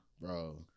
Bro